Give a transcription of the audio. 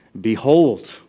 Behold